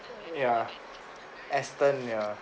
ya aston ya